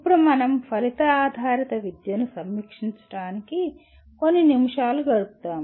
ఇప్పుడు మనం మన ఫలిత ఆధారిత విద్యను సమీక్షించడానికి కొన్ని నిమిషాలు గడుపుతాము